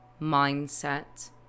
mindset